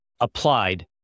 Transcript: applied